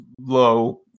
low